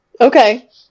okay